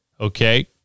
Okay